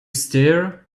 stir